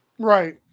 Right